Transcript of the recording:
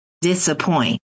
disappoint